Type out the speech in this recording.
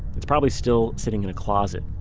it's probably still sitting in a closet,